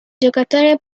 giocatore